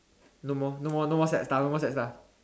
no more no more no more sad stuff no more sad stuff